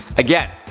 again,